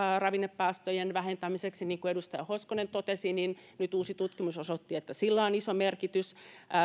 ravinnepäästöjen vähentämiseksi niin kuin edustaja hoskonen totesi nyt uusi tutkimus osoitti että sillä on iso merkitys